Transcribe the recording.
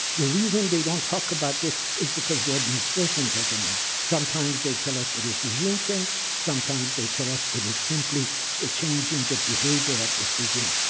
the reason they don't talk about this is because the administration doesn't know. sometimes they tell us it is regime change. sometimes they tell us it is simply the change in the behavior of this regime.